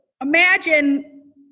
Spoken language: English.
imagine